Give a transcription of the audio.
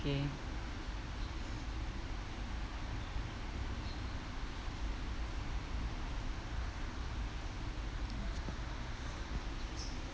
okay